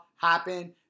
happen